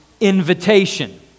invitation